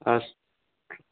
अस्तु